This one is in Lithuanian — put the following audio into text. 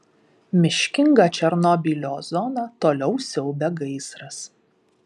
miškingą černobylio zoną toliau siaubia gaisras